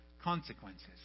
consequences